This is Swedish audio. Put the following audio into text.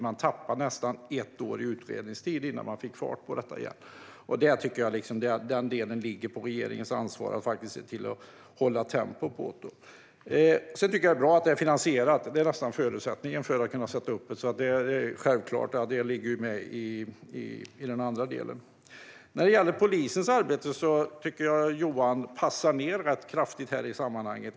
Man tappade nästan ett år i utredningstid innan man fick fart på det igen. Det är regeringens ansvar att se till att hålla tempot. Det är bra att det är finansierat. Det är nästan förutsättningen för att kunna sätta upp dem. Det är självklart, och det ligger med i den andra delen. När det gäller polisens arbete tycker jag att Johan passar rätt kraftigt i sammanhanget.